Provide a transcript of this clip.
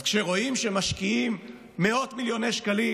אז כשרואים שמשקיעים מאות מיליוני שקלים